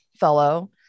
fellow